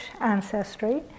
ancestry